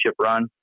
run